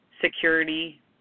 security